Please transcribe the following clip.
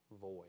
void